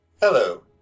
Hello